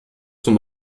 zum